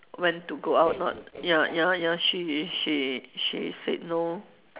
when to go out or not ya ya ya she she she said no